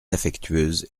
affectueuse